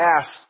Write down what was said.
asked